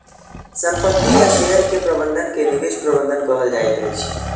संपत्ति आ शेयर के प्रबंधन के निवेश प्रबंधन कहल जाइत अछि